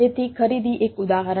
તેથી ખરીદી એક ઉદાહરણ